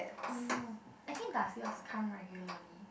oh no actually does yours come regularly